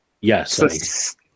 yes